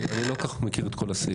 אני לא כל כך מכיר את כל הסעיפים.